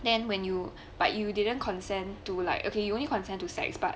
then when you but you didn't consent to like okay you only consent to sex but